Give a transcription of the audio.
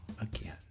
again